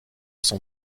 son